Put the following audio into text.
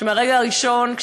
שמהרגע הראשון,